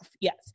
Yes